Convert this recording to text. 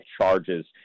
charges